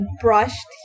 brushed